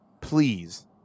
please